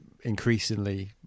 increasingly